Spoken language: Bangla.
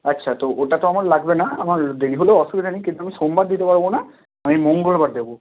আচ্ছা তো ওটা তো আমার লাগবে না আমার দেরি হলেও অসুবিধা নেই কিন্তু আমি সোমবার দিতে পারবো না আমি মঙ্গলবার দেবো